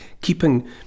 keeping